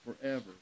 forever